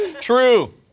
True